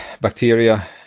bacteria